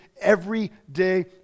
everyday